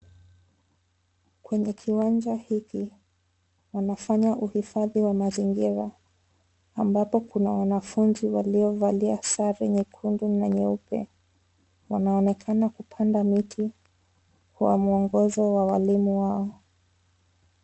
Kwenye kiwanja hiki, wanafanya uhifadhi wa mazingira ambapo kuna wanafunzi walio valia sare nyekundu na nyeupe. Wanaoenekana kupanda miti kwa mwongozo wa walimu wao.